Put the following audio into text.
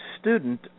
student